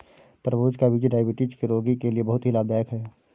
तरबूज का बीज डायबिटीज के रोगी के लिए बहुत ही लाभदायक है